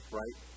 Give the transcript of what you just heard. right